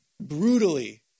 brutally